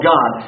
God